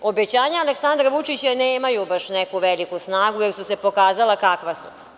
Obećanje Aleksandra Vučića nemaju baš neku veliku snagu, jer su se pokazala kakva su.